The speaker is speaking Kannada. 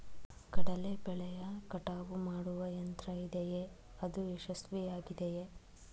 ಕಡಲೆ ಬೆಳೆಯ ಕಟಾವು ಮಾಡುವ ಯಂತ್ರ ಇದೆಯೇ? ಅದು ಯಶಸ್ವಿಯಾಗಿದೆಯೇ?